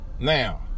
Now